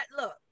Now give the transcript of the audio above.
look